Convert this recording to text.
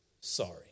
sorry